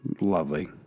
lovely